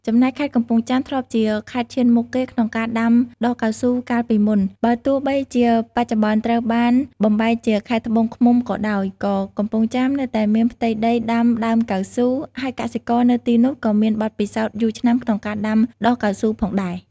ចំណែកខេត្តកំពង់ចាមធ្លាប់ជាខេត្តឈានមុខគេក្នុងការដាំដុះកៅស៊ូកាលពីមុន បើទោះបីជាបច្ចុប្បន្នត្រូវបានបំបែកជាខេត្តត្បូងឃ្មុំក៏ដោយ ក៏កំពង់ចាមនៅតែមានផ្ទៃដីដាំដើមកៅស៊ូ ហើយកសិករនៅទីនោះក៏មានបទពិសោធន៍យូរឆ្នាំក្នុងការដាំដុះកៅស៊ូផងដែរ។